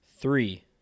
Three